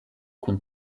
kun